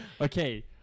Okay